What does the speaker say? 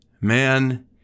man